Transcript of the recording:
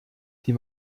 die